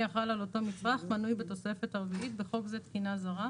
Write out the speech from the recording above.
החל על אותו מצרך מנוי בתוספת הרביעית (בחוק זה, תקינה זרה),